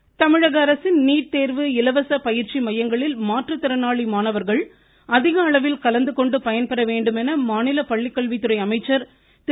செங்கோட்டையன் தமிழகஅரசின் நீட் தேர்வு இலவச பயிற்சி மையங்களில் மாற்றுத்திறனாளி மாணவர்கள் அதிகளவில் கலந்துகொண்டு பயன்பெற வேண்டுமென மாநில பள்ளிக்கல்வித்துறை அமைச்சர் திரு